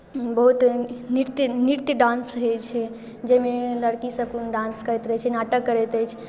बहुत एहन नृत्य नृत्य डांस होइ छै जाहिमे लड़कीसभ डांस करैत रहैत छै नाटक करैत अछि